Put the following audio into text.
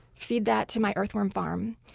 feed that to my earthworm farm,